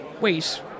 Wait